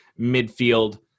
midfield